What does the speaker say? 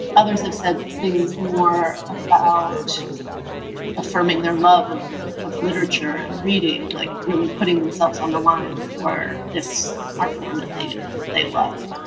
others have said things more about affirming their love of of literature and reading. like really putting themselves on the line for this art form that they that they love.